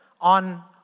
on